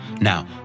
Now